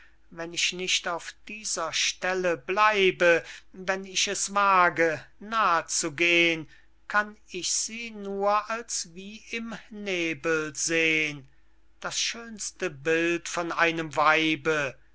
wenn ich nicht auf dieser stelle bleibe wenn ich es wage nah zu gehn kann ich sie nur als wie im nebel sehn das schönste bild von einem weibe